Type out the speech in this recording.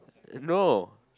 no